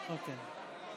אוקיי.